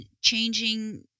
changing